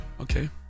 Okay